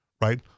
right